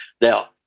Now